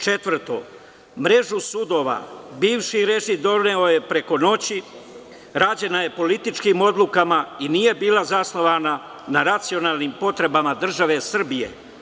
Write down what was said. Četvrto, mrežu sudova bivši režim doneo je preko noći, rađena je političkim odlukama i nije bila zasnovana na racionalnim potrebama države Srbije.